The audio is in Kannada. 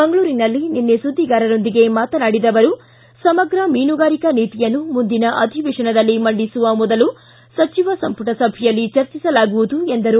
ಮಂಗಳೂರಿನಲ್ಲಿ ನಿನ್ನೆ ಸುದ್ದಿಗಾರರೊಂದಿಗೆ ಮಾತನಾಡಿದ ಅವರು ಸಮಗ್ರ ಮೀನುಗಾರಿಕಾ ನೀತಿಯನ್ನು ಮುಂದಿನ ಅಧಿವೇಶನದಲ್ಲಿ ಮಂಡಿಸುವ ಮೊದಲು ಸಚಿವ ಸಂಪುಟ ಸಭೆಯಲ್ಲಿ ಚರ್ಚಿಸಲಾಗುವುದು ಎಂದರು